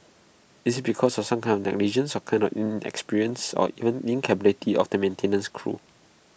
is IT because of some kind of negligence or kind of inexperience or even incapability of the maintenance crew